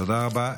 תודה רבה.